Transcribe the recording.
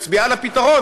מצביעה על הפתרון,